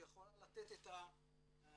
שיכולה לתת את הצבע,